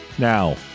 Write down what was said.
Now